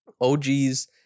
OG's